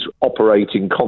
operating